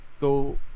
go